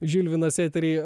žilvinas eteryje